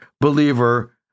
believer